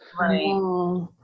Right